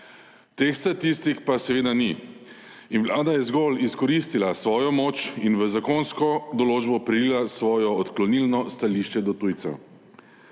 Teh statistik pa seveda ni in Vlada je zgolj izkoristila svojo moč in v zakonsko določbo prilila svojo odklonilno stališče do tujcev.